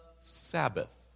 Sabbath